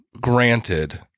granted